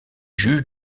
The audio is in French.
juge